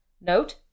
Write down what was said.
Note